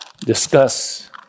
discuss